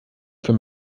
für